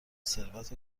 ثروت